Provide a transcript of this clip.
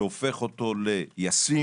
שהופך אותו לישים,